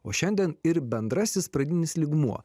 o šiandien ir bendrasis pradinis lygmuo